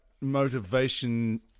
motivation